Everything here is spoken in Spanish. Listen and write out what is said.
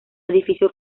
edificio